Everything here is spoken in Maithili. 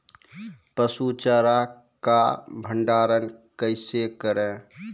पसु चारा का भंडारण कैसे करें?